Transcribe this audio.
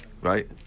Right